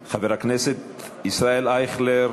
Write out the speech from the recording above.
חבר הכנסת ישראל אייכלר,